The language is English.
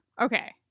Okay